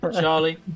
Charlie